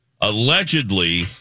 allegedly